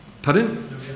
Pardon